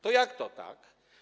To jak to tak?